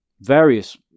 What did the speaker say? various